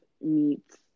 meets